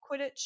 Quidditch